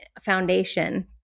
foundation